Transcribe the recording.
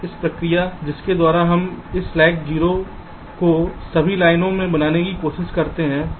एक प्रक्रिया जिसके द्वारा हम इस स्लैक्स 0 को सभी लाइनों में बनाने की कोशिश करते हैं